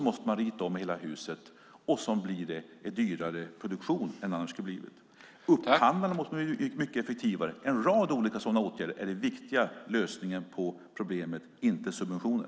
Då måste man rita om hela huset, och det blir en dyrare produktion än det annars skulle ha blivit. Upphandlingarna måste bli mycket effektivare. Det finns en rad sådana olika åtgärder som är den viktiga lösningen på problemet, och inte subventioner.